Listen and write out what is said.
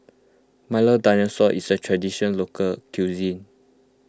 Milo Dinosaur is a Traditional Local Cuisine